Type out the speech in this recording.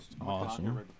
Awesome